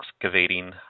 excavating